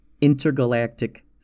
Intergalactic